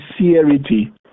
sincerity